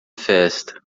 festa